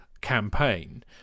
campaign